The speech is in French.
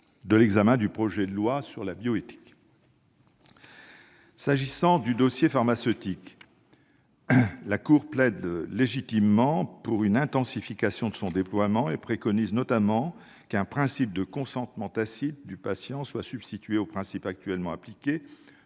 de l'examen du projet de loi relatif à la bioéthique. S'agissant du dossier pharmaceutique, la Cour plaide légitimement pour une intensification de son déploiement et préconise qu'un principe de consentement tacite du patient soit substitué au principe actuellement appliqué